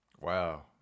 Wow